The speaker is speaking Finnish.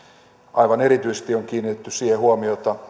aivan erityisesti on kiinnitetty siihen huomiota